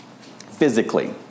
Physically